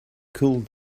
called